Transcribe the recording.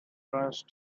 rushed